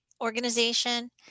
organization